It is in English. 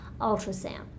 ultrasound